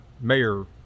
mayor